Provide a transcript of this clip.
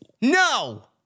no